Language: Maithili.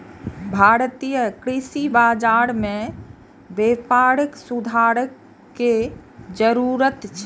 भारतीय कृषि बाजार मे व्यापक सुधार के जरूरत छै